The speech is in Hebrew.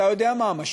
אתה יודע מה המשמעות,